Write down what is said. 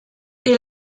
est